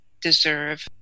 deserve